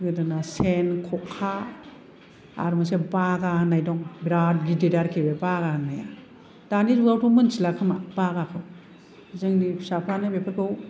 गोदोनि सेन ख'खा आर मोनसे बागा होननाय दं बिरात गिदिर आरोखि बे बागा होननाया दानि जुगावथ' मोनथिला खोमा बागाखौ जोंनि फिसाफ्रानो बेफोरखौ